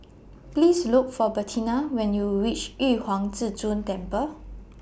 Please Look For Bertina when YOU REACH Yu Huang Zhi Zun Temple